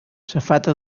safata